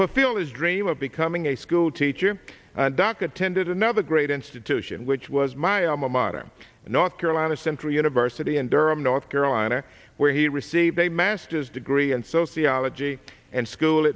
fulfill his dream of becoming a schoolteacher doc attended another great institution which was my alma mater north carolina central university in durham north carolina where he received a master's degree in sociology and school